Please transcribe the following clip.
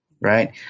Right